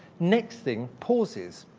next thing, pauses.